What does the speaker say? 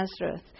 Nazareth